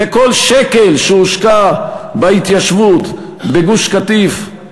וכל שקל שהושקע בהתיישבות, בגוש-קטיף,